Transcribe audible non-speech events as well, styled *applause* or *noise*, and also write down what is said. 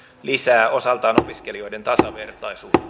lisää osaltaan opiskelijoiden tasavertaisuutta *unintelligible*